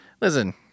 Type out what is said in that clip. listen